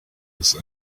his